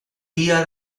tia